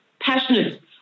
passionate